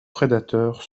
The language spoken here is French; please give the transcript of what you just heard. prédateurs